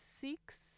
six